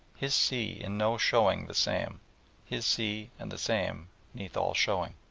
his sea in no showing the same his sea and the same neath all showing.